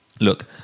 Look